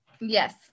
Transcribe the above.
yes